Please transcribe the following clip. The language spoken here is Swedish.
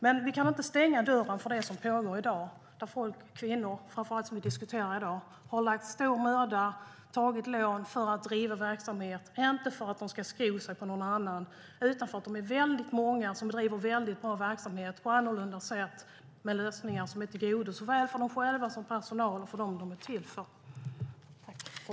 Men vi kan inte stänga dörren för det som pågår i dag, där framför allt kvinnor har lagt ned stor möda och tagit lån för att driva verksamhet. De har inte gjort det för att sko sig på någon annan utan för att de är väldigt många som driver väldigt bra verksamhet på ett annorlunda sätt med lösningar som är bra såväl för dem själva som personal som för dem som de är till för.